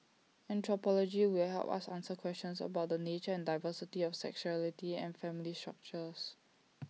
anthropology will help us answer questions about the nature and diversity of sexuality and family structures